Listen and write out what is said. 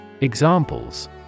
Examples